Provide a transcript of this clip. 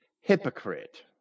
hypocrite